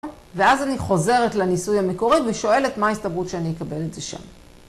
ואז אני חוזרת לניסוי המקורי ושואלת מה ההסתברות שאני אקבל את זה שם.